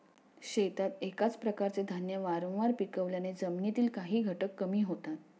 शेतात एकाच प्रकारचे धान्य वारंवार पिकवल्याने जमिनीतील काही घटक कमी होतात